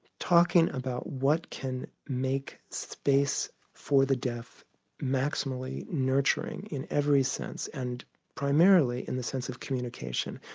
talking about what can make space for the deaf maximally nurturing in every sense and primarily in the sense of communication.